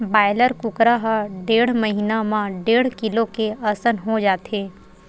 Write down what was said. broiler कुकरा ह डेढ़ महिना म डेढ़ किलो के असन हो जाथे